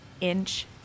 inch